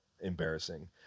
embarrassing